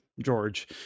George